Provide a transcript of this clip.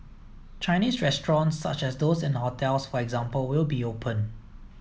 Chinese restaurants such as those in hotels for example will be open